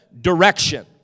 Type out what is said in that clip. direction